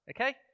okay